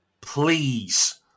please